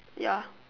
ya